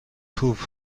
توپ